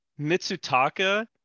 Mitsutaka